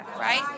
right